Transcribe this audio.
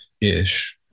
ish